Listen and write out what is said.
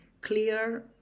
clear